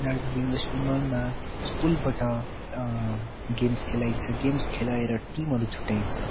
Darjeeling west बङ्गालमा स्कुलबट games खेलाइन्छ गेम्स खेलाएर टिमहरू छुट्ट्याइन्छ